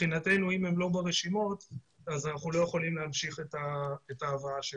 מבחינתנו אם הם לא ברשימות אז אנחנו לא יכולים להמשיך את ההבאה שלהם.